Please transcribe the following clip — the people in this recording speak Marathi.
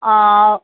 आं